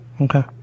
Okay